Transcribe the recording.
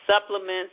Supplements